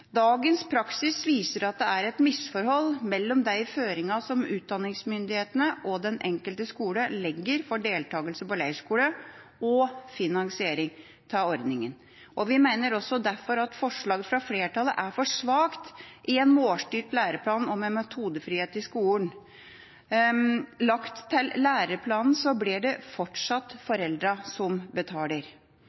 Dagens praksis viser at det er et misforhold mellom de føringene som utdanningsmyndighetene og den enkelte skole legger for deltakelse på leirskole, og finansiering av ordninga. Vi mener derfor også at forslaget fra flertallet er for svakt i en målstyrt læreplan og med metodefrihet i skolen. Lagt til læreplanen blir det fortsatt foreldrene som betaler.